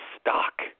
stock